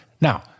Now